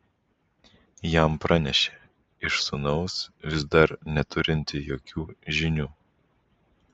jam pranešė iš sūnaus vis dar neturinti jokių žinių